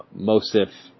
Mosif